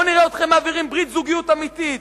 בואו נראה אתכם מעבירים ברית זוגיות אמיתית,